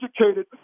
educated